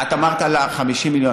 את אמרת על ה-50 מיליון.